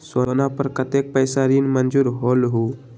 सोना पर कतेक पैसा ऋण मंजूर होलहु?